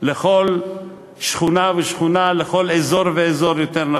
לכל שכונה ושכונה, לכל אזור ואזור, יותר נכון,